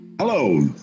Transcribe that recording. Hello